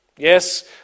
Yes